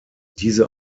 diese